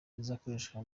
ikoreshwa